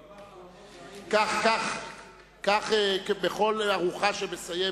כך, בכל ארוחה, כשמסיים